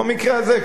במקרה הזה,